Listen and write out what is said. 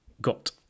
got